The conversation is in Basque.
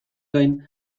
gain